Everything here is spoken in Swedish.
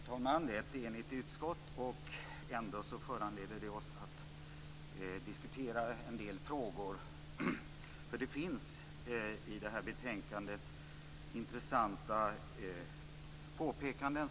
Herr talman! Utskottet är enigt. Ändå känner vi oss föranlåtna att diskutera en del frågor, eftersom utskottet i det här betänkandet har gjort intressanta påpekanden.